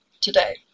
today